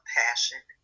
passion